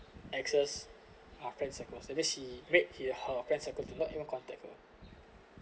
access our friend and then break the friend cycle he didn't even contact her